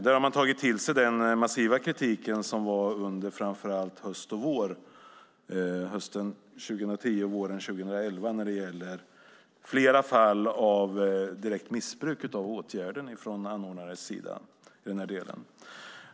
Man har tagit till sig den massiva kritik som fanns framför allt under hösten 2010 och våren 2011 i fråga om flera fall av direkt missbruk av åtgärder från anordnares sida.